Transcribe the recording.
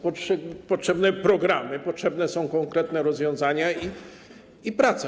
Potrzebne są programy, potrzebne są konkretne rozwiązania i praca.